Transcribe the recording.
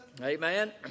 Amen